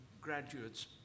graduates